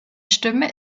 stimme